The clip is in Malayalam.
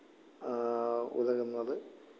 ഉതകുന്നത്